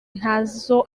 ntazo